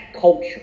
culture